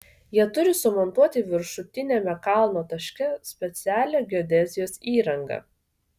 jie turi sumontuoti viršutiniame kalno taške specialią geodezijos įrangą